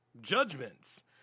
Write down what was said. judgments